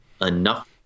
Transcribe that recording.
enough